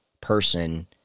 person